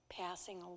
Passing